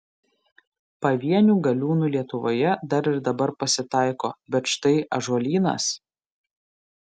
pavienių galiūnų lietuvoje dar ir dabar pasitaiko bet štai ąžuolynas